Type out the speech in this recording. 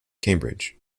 cambridge